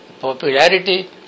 popularity